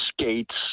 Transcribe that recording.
skates